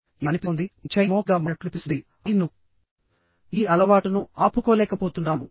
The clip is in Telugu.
ఇలా అనిపిస్తోంది నువ్వు చైన్ స్మోకర్గా మారినట్లు కనిపిస్తోందిఆపై నువ్వుఈ అలవాటును ఆపుకోలేకపోతున్నాము